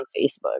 Facebook